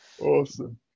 Awesome